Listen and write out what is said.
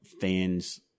fans